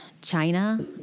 China